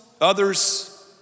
others